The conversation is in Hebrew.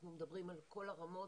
אנחנו מדברים על כל הרמות,